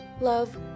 love